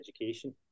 education